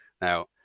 Now